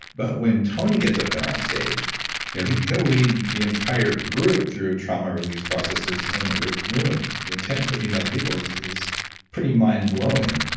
but when tony gets up there on stage you know he'll he'll lead the entire group through trauma release processes and a room of ten thousand or fifteen thousand people is is pretty mind blowing.